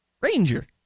Ranger